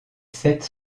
sept